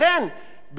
בסופו של דבר